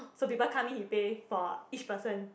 so people come in he pay for each person